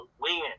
win